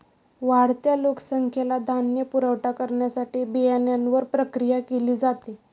वाढत्या लोकसंख्येला धान्य पुरवठा करण्यासाठी बियाण्यांवर प्रक्रिया केली जाते